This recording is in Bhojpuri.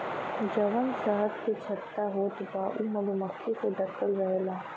जवन शहद के छत्ता होत बा उ मधुमक्खी से ढकल रहेला